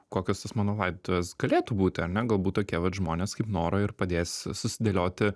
kokios tos mano laidotuvės galėtų būti ar ne galbūt tokie vat žmonės kaip nora ir padės susidėlioti